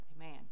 amen